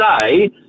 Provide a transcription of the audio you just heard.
say